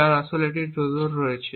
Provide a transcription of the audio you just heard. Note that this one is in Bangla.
যার আসলে একটি ট্রোজান রয়েছে